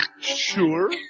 Sure